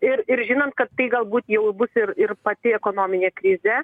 ir ir žinant kad tai galbūt jau bus ir ir pati ekonominė krizė